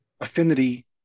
affinity